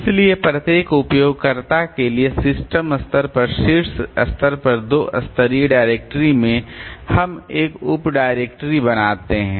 इसलिए प्रत्येक उपयोगकर्ता के लिए सिस्टम स्तर पर शीर्ष स्तर पर दो स्तरीय डायरेक्टरी में हम एक उप डायरेक्टरी बनाते हैं